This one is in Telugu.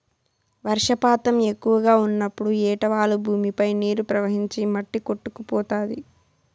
వర్షపాతం ఎక్కువగా ఉన్నప్పుడు ఏటవాలు భూమిపై నీరు ప్రవహించి మట్టి కొట్టుకుపోతాది